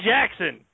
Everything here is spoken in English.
Jackson